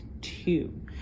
two